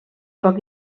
poc